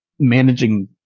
Managing